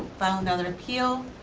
file another appeal,